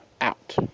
out